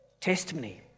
testimony